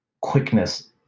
quickness